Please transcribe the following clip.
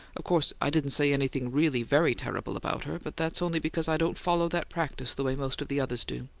of course i didn't say anything really very terrible about her, but that's only because i don't follow that practice the way most of the others do.